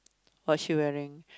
what she wearing